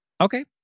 Okay